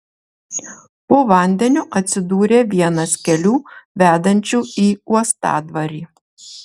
po vandeniu atsidūrė vienas kelių vedančių į uostadvarį